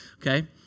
okay